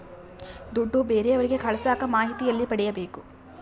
ದುಡ್ಡು ಬೇರೆಯವರಿಗೆ ಕಳಸಾಕ ಮಾಹಿತಿ ಎಲ್ಲಿ ಪಡೆಯಬೇಕು?